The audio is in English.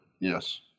yes